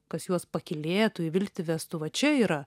kas juos pakylėtų į viltį vestų va čia yra